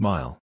Mile